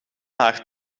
haar